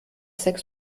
sechs